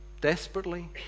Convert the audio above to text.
Desperately